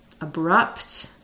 abrupt